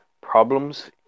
problems